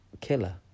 killer